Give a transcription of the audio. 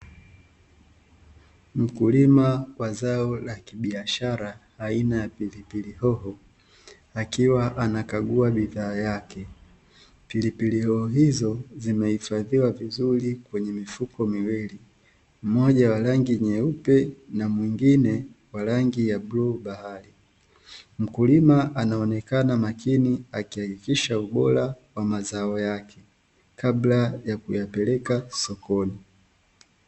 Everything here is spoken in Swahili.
Mkulima wa zao la kibiashara aina ya pilipili hoho, akiwa anakagua bidhaa yake. Pilipili hoho hizo zimehifadhiwa vizuri kwenye mifuko miwili; mmoja wa rangi nyeupe na mwingine wa rangi ya bluu bahari. Mkulima anaonekana makini akihakikisha ubora wa mazao yake kabla ya kuyapeleka sokoni.